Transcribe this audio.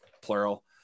plural